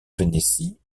vénétie